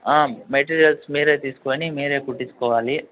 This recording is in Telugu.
మెటీరియల్స్ మీరు తీసుకొని మీరే కుట్టించుకోవాలి